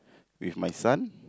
with my son